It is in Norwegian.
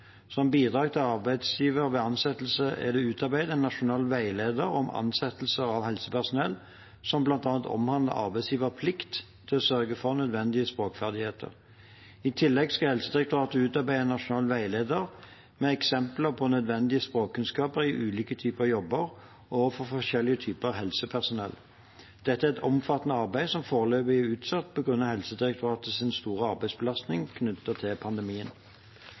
Som bidrag til arbeidsgiver ved ansettelse er det utarbeidet en nasjonal veileder om ansettelser av helsepersonell, som bl.a. omhandler arbeidsgivers plikt til å sørge for nødvendige språkferdigheter. I tillegg skal Helsedirektoratet utarbeide en nasjonal veileder med eksempler på nødvendige språkkunnskaper i ulike typer jobber og for forskjellige typer helsepersonell. Dette er et omfattende arbeid som foreløpig er utsatt på grunn av Helsedirektoratets store arbeidsbelastning knyttet til pandemien.